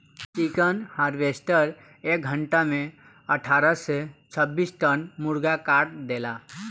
chicken harvester एक घंटा में अठारह से छब्बीस टन मुर्गा काट देला